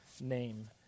name